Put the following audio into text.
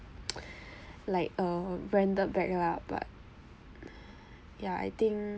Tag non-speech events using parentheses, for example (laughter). (noise) like a branded bag lah but ya I think